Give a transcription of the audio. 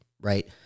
right